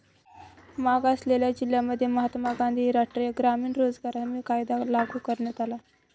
मागासलेल्या जिल्ह्यांमध्ये महात्मा गांधी राष्ट्रीय ग्रामीण रोजगार हमी कायदा लागू करण्यात आला